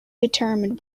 determined